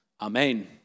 Amen